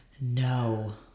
No